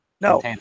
No